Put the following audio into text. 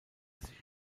sich